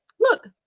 Look